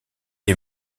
est